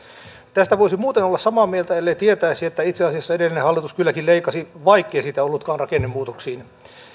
tästä voisi muuten olla samaa mieltä ellei tietäisi että itse asiassa edellinen hallitus kylläkin leikkasi vaikkei siitä ollutkaan rakennemuutoksiin